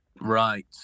Right